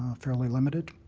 ah fairly limited.